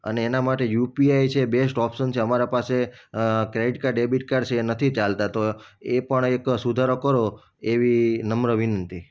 અને એના માટે યુપીઆઈ છે એ બેસ્ટ ઓપ્સન છે અમારા પાસે ક્રેડિટ કાડ ડેબિટ કાડ છે એ નથી ચાલતા તો એ પણ એક સુધારો કરો એવી નમ્ર વિનંતી